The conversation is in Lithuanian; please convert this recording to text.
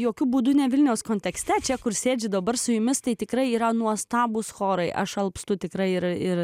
jokiu būdu ne vilniaus kontekste čia kur sėdžiu dabar su jumis tai tikrai yra nuostabūs chorai aš alpstu tikra ir ir